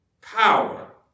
power